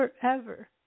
forever